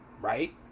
Right